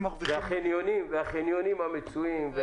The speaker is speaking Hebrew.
והחניונים המצויים.